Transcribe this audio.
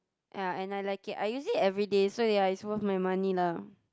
ya and I like it I use it everyday so ya is worth my money lah